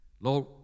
Lord